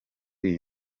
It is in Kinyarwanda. iyi